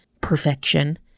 perfection